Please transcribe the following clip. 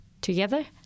together